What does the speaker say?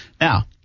Now